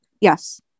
Yes